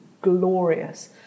glorious